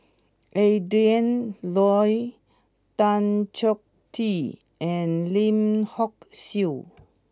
Adrin Loi Tan Choh Tee and Lim Hock Siew